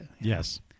Yes